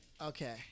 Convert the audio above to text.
Okay